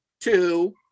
two